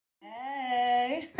Hey